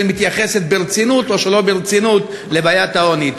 מתייחסת ברצינות או שלא ברצינות לבעיית העוני.